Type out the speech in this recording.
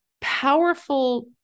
powerful